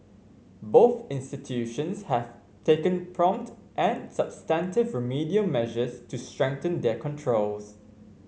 both institutions have taken prompt and substantive remedial measures to strengthen their controls